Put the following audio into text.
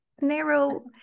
narrow